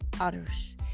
others